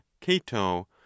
cato